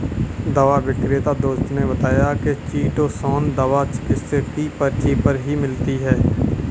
दवा विक्रेता दोस्त ने बताया की चीटोसोंन दवा चिकित्सक की पर्ची पर ही मिलती है